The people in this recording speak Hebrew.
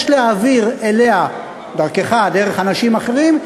יש להעביר אליה דרכך או דרך אנשים אחרים,